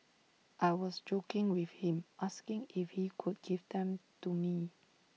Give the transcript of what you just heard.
I was joking with him asking if he could give them to me